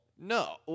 No